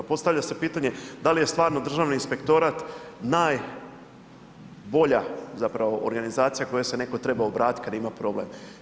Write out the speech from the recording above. Postavlja se pitanje da li je stvarno Državni inspektorat najbolja zapravo organizacija kojoj se netko treba obratiti kada ima problem.